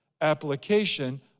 application